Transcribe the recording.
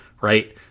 right